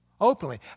openly